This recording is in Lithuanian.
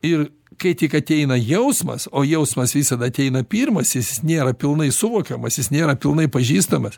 ir kai tik ateina jausmas o jausmas visada ateina pirmas jis nėra pilnai suvokiamas jis nėra pilnai pažįstamas